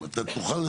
אבל אני אומר,